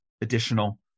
additional